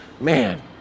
man